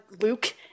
Luke